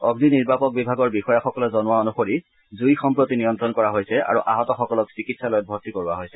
অগ্নি নিৰ্বাপক বিভাগৰ বিষয়াসকলে জনোৱা অনুসৰি জুই সম্প্ৰতি নিয়ন্ত্ৰণ কৰা হৈছে আৰু আহতসকলক চিকিৎসালয়ত ভৰ্তি কৰোৱা হৈছে